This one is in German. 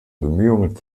bemühungen